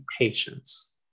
patience